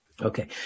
Okay